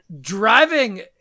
driving